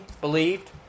believed